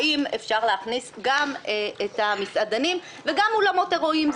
האם אפשר להכניס גם את המסעדנים וגם אולמות אירועים.